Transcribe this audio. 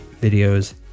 videos